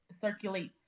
circulates